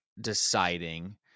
deciding